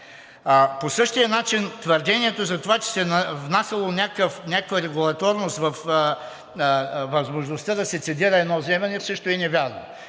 По същия начин твърдението за това, че се внасяло някаква регулаторност във възможността да се цедира едно вземане, също е невярно.